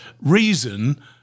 reason